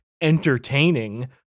entertaining